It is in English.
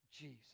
Jesus